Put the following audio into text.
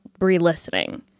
re-listening